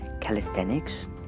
calisthenics